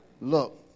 Look